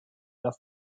dass